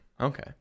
okay